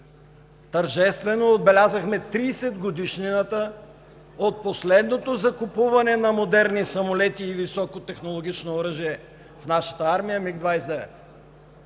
тържествено отбелязахме 30 годишнината от последното закупуване на модерни самолети и високотехнологично оръжие в нашата армия – МиГ-29.